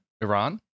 Iran